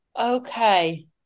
okay